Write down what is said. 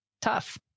tough